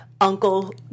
uncle